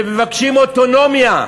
ומבקשים אוטונומיה,